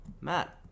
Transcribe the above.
Matt